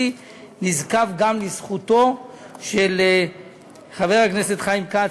נזקף גם לזכותו של חבר הכנסת חיים כץ,